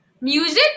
Music